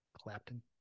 Clapton